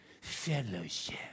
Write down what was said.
Fellowship